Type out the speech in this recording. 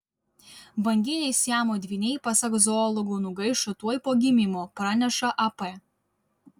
banginiai siamo dvyniai pasak zoologų nugaišo tuoj po gimimo praneša ap